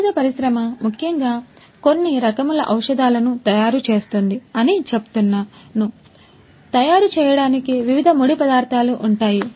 ఔషధ పరిశ్రమ ముఖ్యముగా కొన్ని రకముల ఔషధాలను తయారు చేస్తుంది అని చెప్తున్నానుతయారుచేయడానికి వివిధ ముడి పదార్థాలు ఉంటాయి